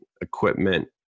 equipment